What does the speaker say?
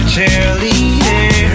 cheerleader